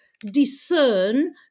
discern